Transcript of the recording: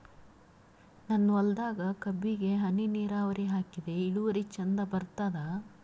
ನನ್ನ ಹೊಲದಾಗ ಕಬ್ಬಿಗಿ ಹನಿ ನಿರಾವರಿಹಾಕಿದೆ ಇಳುವರಿ ಚಂದ ಬರತ್ತಾದ?